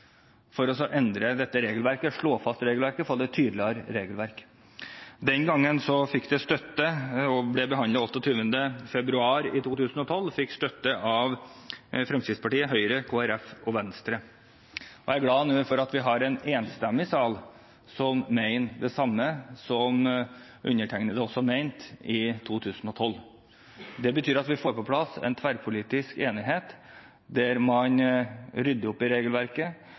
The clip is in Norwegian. for 2011–2012, for å endre dette regelverket, slå fast regelverket og få et tydeligere regelverk. Det ble behandlet 1. mars i 2012, og den gangen fikk det støtte av Fremskrittspartiet, Høyre og Kristelig Folkeparti. Jeg er glad for at vi nå har en enstemmig sal som mener det samme som undertegnede også mente i 2012. Det betyr at vi får på plass en tverrpolitisk enighet der man rydder opp i regelverket,